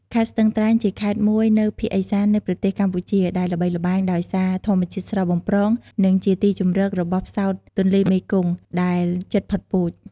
ខេត្តស្ទឹងត្រែង ជាខេត្តមួយនៅភាគឦសាននៃប្រទេសកម្ពុជា ដែលល្បីល្បាញដោយសារធម្មជាតិស្រស់បំព្រង និងជាទីជម្រករបស់ផ្សោតទន្លេមេគង្គដែលជិតផុតពូជ។